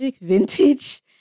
vintage